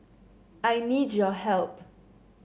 I need your help